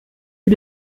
wie